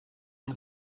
une